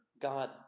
God